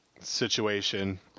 situation